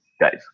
guys